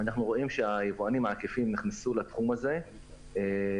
אנחנו רואים שהיבואנים העקיפים נכנסו לתחום הזה וגם